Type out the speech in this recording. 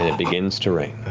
ah begins to rain.